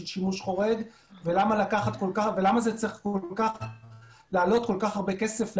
שימוש חורג ולמה זה צריך לעלות כל כך הרבה כסף לאנשים.